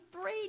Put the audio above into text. three